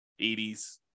80s